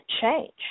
change